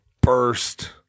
burst